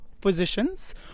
positions